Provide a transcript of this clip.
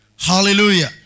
Hallelujah